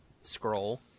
scroll